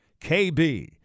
KB